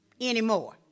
anymore